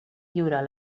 lliurar